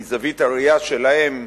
מזווית הראייה שלהם,